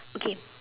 okay